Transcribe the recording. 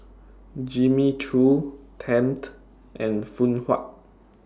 Jimmy Choo Tempt and Phoon Huat